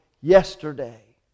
yesterday